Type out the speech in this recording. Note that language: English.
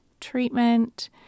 treatment